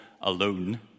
alone